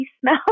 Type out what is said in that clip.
smell